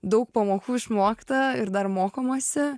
daug pamokų išmokta ir dar mokomasi